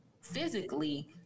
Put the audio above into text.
physically